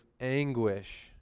anguish